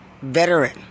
veteran